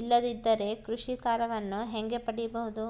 ಇಲ್ಲದಿದ್ದರೆ ಕೃಷಿ ಸಾಲವನ್ನು ಹೆಂಗ ಪಡಿಬಹುದು?